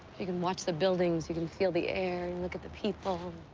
you can watch the buildings. you can feel the air and look at the people.